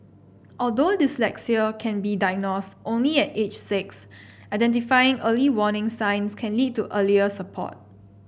although dyslexia can be diagnosed only at age six identifying early warning signs can lead to earliest support